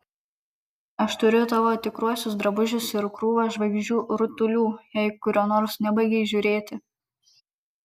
aš turiu tavo tikruosius drabužius ir krūvą žvaigždžių rutulių jei kurio nors nebaigei žiūrėti